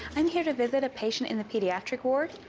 i'm here to visit a patient in the pediatric ward.